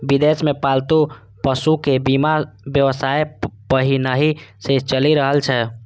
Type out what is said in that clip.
विदेश मे पालतू पशुक बीमा व्यवसाय पहिनहि सं चलि रहल छै